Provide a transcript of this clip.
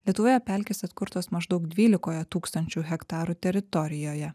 lietuvoje pelkės atkurtos maždaug dvylikoje tūkstančių hektarų teritorijoje